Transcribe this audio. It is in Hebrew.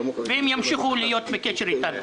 והם ימשיכו להיות בקשר איתנו.